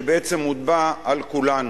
שבעצם מוטבע על כולנו.